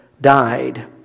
died